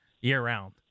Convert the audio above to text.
year-round